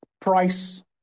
price